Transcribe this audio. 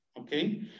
okay